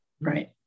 Right